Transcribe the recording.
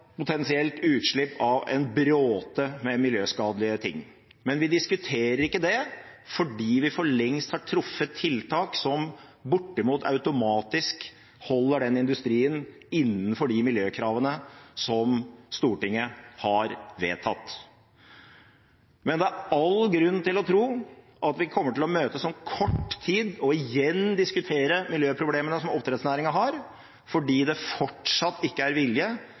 potensielt utslipp av en bråte med miljøskadelige ting. Men vi diskuterer ikke det, fordi vi for lengst har truffet tiltak som bortimot automatisk holder den industrien innenfor de miljøkravene som Stortinget har vedtatt. Men det er all grunn til å tro at vi kommer til å møtes om kort tid og igjen diskutere miljøproblemene som oppdrettsnæringen har, fordi det fortsatt ikke er vilje